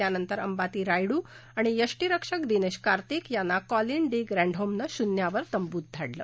त्यानंतर अंबाती रायडू आणि यष्टीरक्षक दिनेश कार्तीक यांना कॉलीन डी ग्रँडहोमनं शुन्यावर तंबूत धाडलं